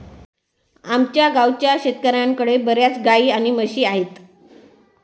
आमच्या गावाच्या शेतकऱ्यांकडे बर्याच गाई आणि म्हशी आहेत